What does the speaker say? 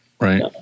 right